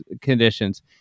conditions